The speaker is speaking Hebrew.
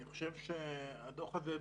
אני חושב שהדוח הזה,